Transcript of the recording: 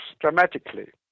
dramatically